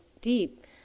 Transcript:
deep